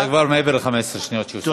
זה כבר מעבר ל-15 השניות שהוספתי.